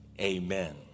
Amen